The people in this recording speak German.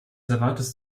erwartest